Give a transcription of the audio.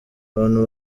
abantu